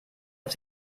auf